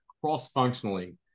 cross-functionally